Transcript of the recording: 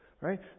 right